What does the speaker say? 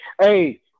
Hey